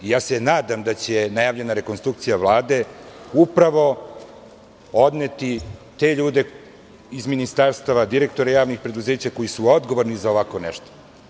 Nadam se da će najavljena rekonstrukcija Vlade upravo odneti te ljude iz ministarstava, direktore javnih preduzeća koji su odgovorni za ovako nešto.